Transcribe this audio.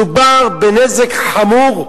מדובר בנזק חמור,